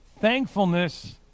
thankfulness